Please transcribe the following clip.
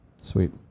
sweet